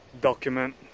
document